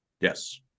Yes